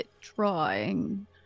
drawing